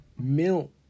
Milk